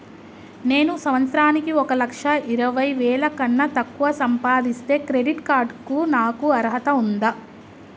నేను సంవత్సరానికి ఒక లక్ష ఇరవై వేల కన్నా తక్కువ సంపాదిస్తే క్రెడిట్ కార్డ్ కు నాకు అర్హత ఉందా?